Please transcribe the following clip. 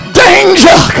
danger